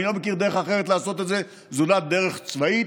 אני לא מכיר דרך אחרת לעשות את זה זולת דרך צבאית,